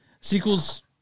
Sequels